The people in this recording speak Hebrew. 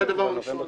זה הדבר הראשון.